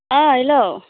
ओ हेलौ